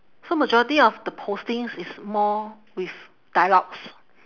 so majority of the postings is more with dialogues